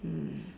mm